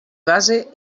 base